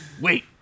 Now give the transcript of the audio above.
wait